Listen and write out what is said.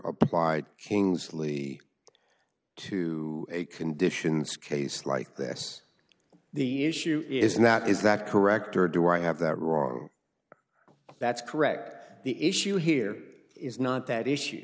applied kingsley to a conditions case like this the issue is not is that correct or do i have that wrong that's correct the issue here is not that issue